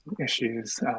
issues